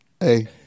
Hey